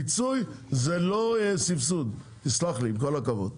פיצוי זה לא סבסוד, תסלח לי, עם כל הכבוד.